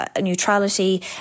neutrality